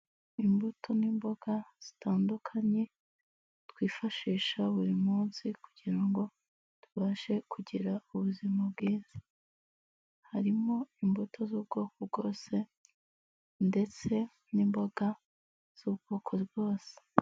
Imbuto n'imboga zitandukanye, twifashisha buri munsi kugira ngo tubashe kugira ubuzima bwiza, harimo imbuto z'ubwoko bwose ndetse n'imboga z'ubwoko bwose.